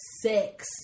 six